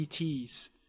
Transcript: ETs